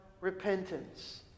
repentance